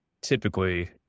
typically